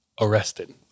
arrested